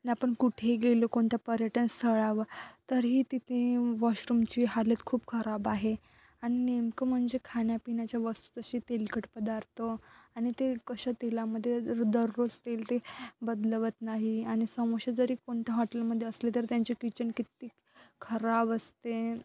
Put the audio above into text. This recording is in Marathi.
आणि आपण कुठेही गेलो कोणत्या पर्यटन स्थळावर तरीही तिथे वॉशरूमची हालत खूप खराब आहे आणि नेमकं म्हणजे खाण्यापिण्याच्या वस्तू तशी तेलकट पदार्थ आणि ते कशा तेलामध्ये दररोज तेल ते बदलवत नाही आणि समोसे जरी कोणत्या हॉटेलमध्ये असले तर त्यांचे किचन किती खराब असते